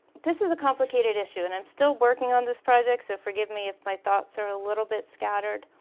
this is a complicated issue and i'm still working on this project, so forgive me if my thoughts are a little bit scattered.